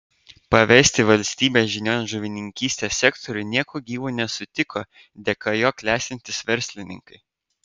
pavesti valstybės žinion žuvininkystės sektorių nieku gyvu nesutiko dėka jo klestintys verslininkai